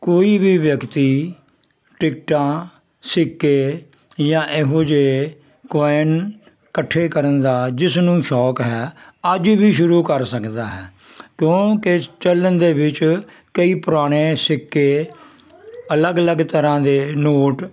ਕੋਈ ਵੀ ਵਿਅਕਤੀ ਟਿਕਟਾਂ ਸਿੱਕੇ ਜਾਂ ਇਹੋ ਜਿਹੇ ਕੋਇਨ ਇਕੱਠੇ ਕਰਨ ਦਾ ਜਿਸ ਨੂੰ ਸ਼ੌਕ ਹੈ ਅੱਜ ਵੀ ਸ਼ੁਰੂ ਕਰ ਸਕਦਾ ਹੈ ਕਿਉਂਕਿ ਚੱਲਣ ਦੇ ਵਿੱਚ ਕਈ ਪੁਰਾਣੇ ਸਿੱਕੇ ਅਲੱਗ ਅਲੱਗ ਤਰ੍ਹਾਂ ਦੇ ਨੋਟ